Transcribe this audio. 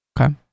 Okay